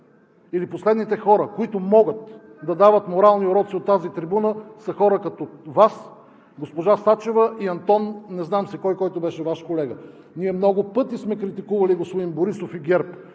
последните хора, които могат да дават морални уроци от тази трибуна, са хора като Вас, госпожа Сачева и Антон не знам си кой, който беше Ваш колега. Ние много пъти сме критикували господин Борисов и ГЕРБ,